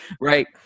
right